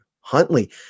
Huntley